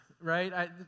right